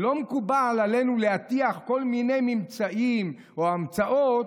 לא מקובל עלינו להטיח כל מיני ממצאים או המצאות